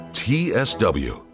tsw